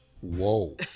Whoa